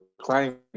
client